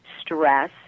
stress